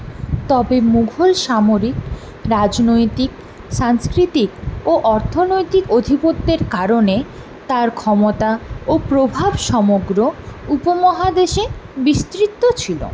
তবে মুঘল সামরিক রাজনৈতিক সাংস্কৃতিক ও অর্থনৈতিক অধিপত্যের কারণে তার ক্ষমতা ও প্রভাব সমগ্র উপমহাদেশে বিস্তৃত ছিল